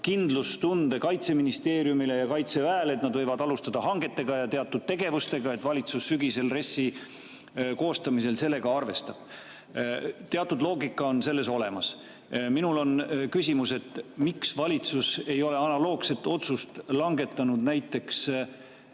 annab Kaitseministeeriumile ja kaitseväele kindlustunde, et nad võivad alustada hankeid ja teatud tegevusi, et valitsus sügisel RES-i koostamisel sellega arvestaks. Teatud loogika on selles olemas. Minul on küsimus, miks valitsus ei ole analoogset otsust langetanud näiteks